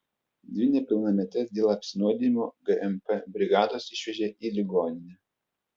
dvi nepilnametes dėl apsinuodijimo gmp brigados išvežė į ligoninę